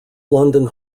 london